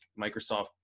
Microsoft